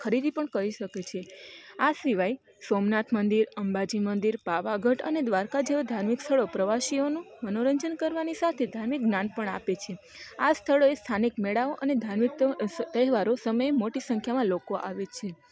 ખરીદી પણ કરી શકે છે આ સિવાય સોમનાથ મંદિર અંબાજી મંદિર પાવાગઢ અને દ્વારિકા જેવા ધાર્મિક સ્થળો પ્રવાસીઓનું મનોરંજન કરવાની સાથે ધાર્મિક જ્ઞાન પણ આપે છે આ સ્થળોએ સ્થાનિક મેળાઓ અને ધાર્મીત સ તહેવારો સમયે મોટી સંખ્યામાં લોકો આવે છે